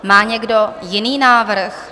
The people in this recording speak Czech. Má někdo jiný návrh?